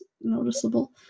noticeable